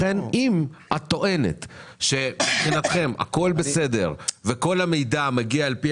לכן אם את טוענת שמבחינתכם הכול בסדר וכל המידע מגיע לפי